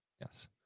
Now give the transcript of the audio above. Yes